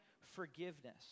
forgiveness